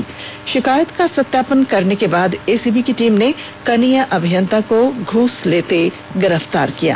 इस शिकायत का सत्यापन कराने के बाद एसीबी की टीम ने कनीय अभियंता को घूस लेते गिरफ्तार कर लिया